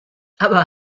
aber